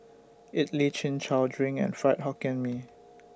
Idly Chin Chow Drink and Fried Hokkien Mee